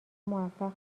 موفق